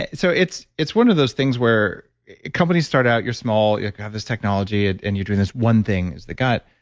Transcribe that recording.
and so it's it's one of those things where companies start out, you're small, you have this technology and you're doing this one thing is the gut,